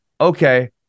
okay